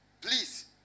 Please